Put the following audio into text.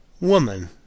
woman